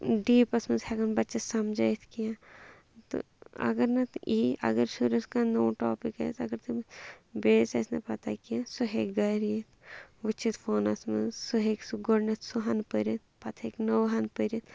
ڈیٖپَس منٛز ہٮ۪کَن بَچَس سَمجٲیِتھ کیٚنٛہہ تہٕ اگر نہٕ یی اگر شُرِس کانٛہہ نوٚو ٹاپِک آسہِ اگر تٔمِس بیٚیِس آسہِ نہٕ پَتہ کیٚنٛہہ سُہ ہیٚکہِ گَر یہِ وٕچھتھ فونَس منٛز سُہ ہیٚکہِ سُہ گۄڈٕنٮ۪تھ سُہ ہن پٔرِتھ پَتہٕ ہیٚکہِ نٔوہَن پٔرِتھ